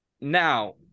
Now